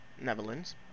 Netherlands